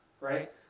right